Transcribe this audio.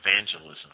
Evangelism